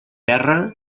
terra